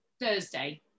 Thursday